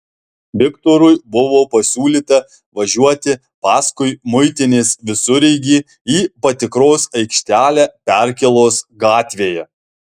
viktorui buvo pasiūlyta važiuoti paskui muitinės visureigį į patikros aikštelę perkėlos gatvėje